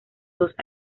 dos